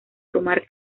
tomar